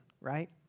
right